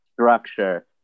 structure